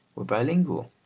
were bilingual,